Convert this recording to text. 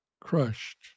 crushed